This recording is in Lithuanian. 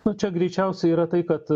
na čia greičiausiai yra tai kad